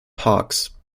parks